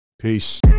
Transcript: Peace